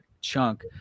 chunk